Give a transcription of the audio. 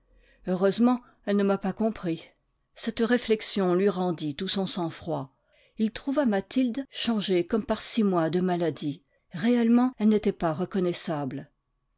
heureusement elle ne m'a pas compris cette réflexion lui rendit tout son sang-froid il trouva mathilde changée comme par six mois de maladie réellement elle n'était pas reconnaissable